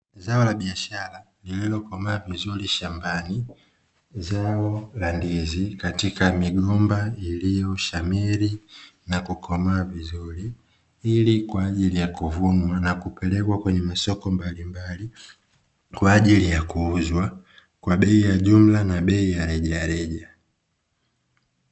Zao la biashara lililokomaa vizuri shambani, zao la ndizi katika migomba iliyoshamiri na kukomaa vizuri ili kwa ajili ya kuvunwa na kupelekwa kwenye masoko mbalimbali kwa ajili ya kuuzwa kwa bei ya jumla na bei ya rejareja.